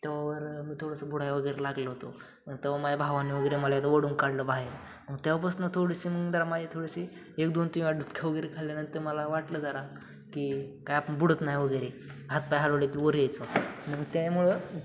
तेव्हा वर मी थोडंसं बुडाय वगैरे लागलो होतो मग तेव्हा माझ्या भावांनी वगैरे मला एकदा ओढुन काढलं बाहेर मग तेव्हापासनं थोडीशी मग जरा माझ्या थोडीशी एक दोन तीन वेळा डुबख्या वगैरे खाल्यानंतर मला वाटलं जरा की काय आपण बुडत नाही वगैरे हातपाय हलवले कि वर यायचं मग त्यामुळं